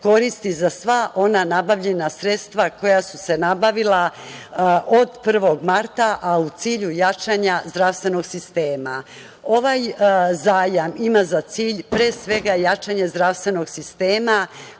koristi za sva ona nabavljena sredstva koja su se nabavila od 1. marta, a u cilju jačanja zdravstvenog sistema. Ovaj zajam ima za cilj pre svega jačanje zdravstvenog sistema